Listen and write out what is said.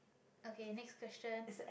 okay next question